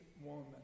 woman